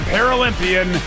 Paralympian